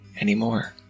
anymore